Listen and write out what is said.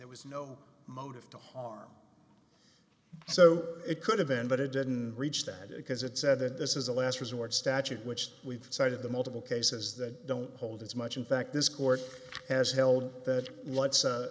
there was no motive to harm so it could have end but it didn't reach that because it said that this is a last resort statute which we've cited the multiple cases that don't hold as much in fact this court has held that let's